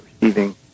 receiving